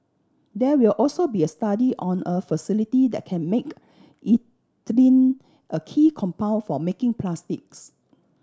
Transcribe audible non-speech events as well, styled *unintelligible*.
there will also be a study on a facility that can make *unintelligible* ethylene a key compound for making plastics